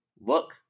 look